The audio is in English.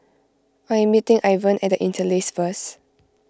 I am meeting Ivan at the Interlace first